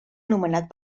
nomenat